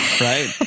right